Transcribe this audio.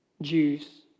Jews